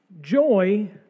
Joy